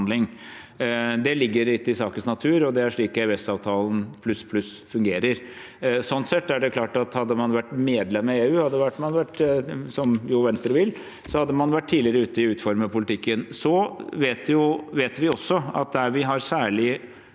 Det ligger litt i sakens natur, og det er slik EØS-avtalen – pluss, pluss – fungerer. Slik sett er det klart at hadde man vært medlem av EU, som Venstre vil, hadde man vært tidligere ute med å utforme politikken. Vi vet også at der vi har særlig